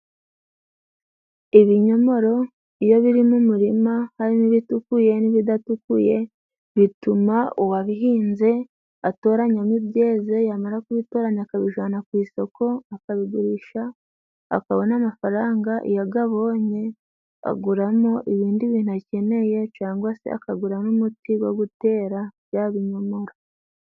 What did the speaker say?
Ibinyomoro iyo biri mu murima harimo ibitukuye n'ibidatukuye bituma uwabihinze atoranyamo ibyeze, yamara kubitoranya, akabijana ku isoko, akabigurisha akabona amafaranga, iyo agabonye aguramo ibindi bintu akeneye cangwa se akagura n'umuti wo gutera bya binyomoro.